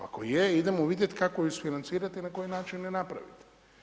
Ako je, idemo vidjeti kako ju isfinancirati i na koji način je napraviti.